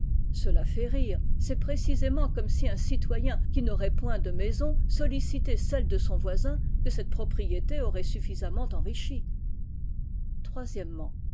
cela fait rire c'est précisément comme si un citoyen qui n'aurait point de maison sollicitait celle de son voisin que cette propriété aurait suffisamment enrichi